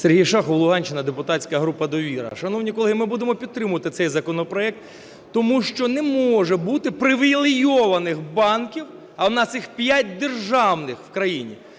ШАХОВ С.В. Луганщина, депутатська група "Довіра". Шановні колеги, ми будемо підтримувати цей законопроект, тому що не може бути привілейованих банків, а у нас їх п'ять державних в країні.